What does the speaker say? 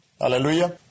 Hallelujah